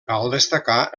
destacar